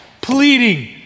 pleading